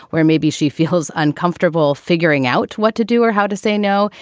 where maybe she feels uncomfortable figuring out what to do or how to say no.